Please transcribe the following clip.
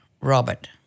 Robert